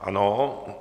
Ano.